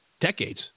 decades